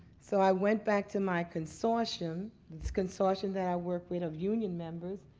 so i went back to my consortium, this consortium that i work with of union members,